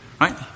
right